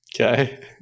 Okay